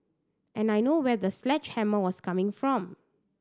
and I know where the sledgehammer was coming from